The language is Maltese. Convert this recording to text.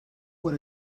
wara